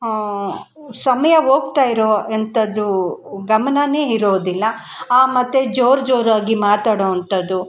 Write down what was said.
ಸಮಯ ಹೋಗ್ತಾ ಇರೋ ಎಂಥದ್ದೂ ಗಮನಾನೇ ಇರೋದಿಲ್ಲ ಮತ್ತು ಜೋರು ಜೋರಾಗಿ ಮಾತಾಡೋ ಅಂಥದ್ದು